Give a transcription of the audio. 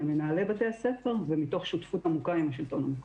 למנהלי בתי הספר ומתוך שותפות עמוקה עם השלטון המקומי.